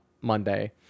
Monday